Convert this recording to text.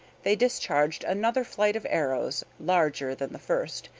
they discharged another flight of arrows larger than the first,